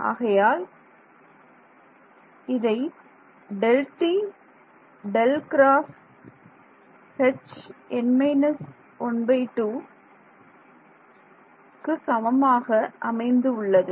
ஆகையால் இது என்று Δt ∇× Hn−12 க்கு சமமாக அமைந்துள்ளது